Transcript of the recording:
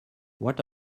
what